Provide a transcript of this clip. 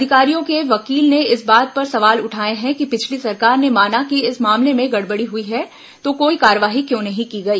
अधिकारियों के वकील ने इस बात पर सवाल उठाए हैं कि पिछली सरकार ने माना कि इस मामले में गड़बड़ी हुई है तो कोई कार्रवाई क्यों नहीं की गई